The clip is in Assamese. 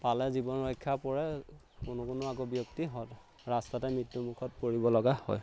পালে জীৱন ৰক্ষা পৰে কোনো কোনো আকৌ ব্যক্তি ৰাস্তাতে মৃত্যুমুখত পৰিবলগা হয়